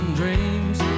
dreams